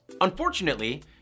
Unfortunately